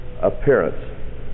Appearance